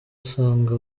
usanga